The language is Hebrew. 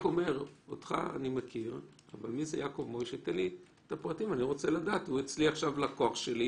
בבנק ולקבל אפס ריבית, הוא שם בפלטפורמה.